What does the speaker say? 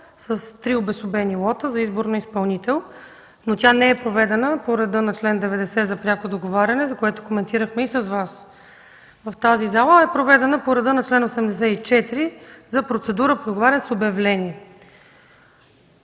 с три обособени лота за избор на изпълнител, но тя не е проведена по реда на чл. 90 за пряко договаряне, за което коментирахме и с Вас в тази зала, а е проведена по реда на чл. 84 за процедура по договаряне с обявление.